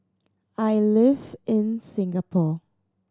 I live in Singapore